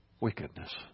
wickedness